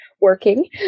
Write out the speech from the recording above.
working